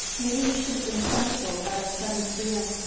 maybe we should have been sensible about our sudden freedom,